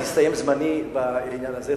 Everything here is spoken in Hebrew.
הסתיים זמני בעניין הזה,